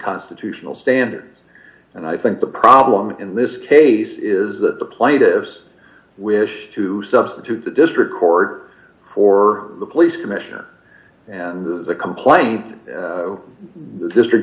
constitutional standards and i think the problem in this case is that the plaintiffs wish to substitute the district court for the police commissioner and the complaint the district